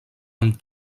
amb